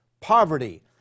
poverty